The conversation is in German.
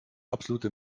absolute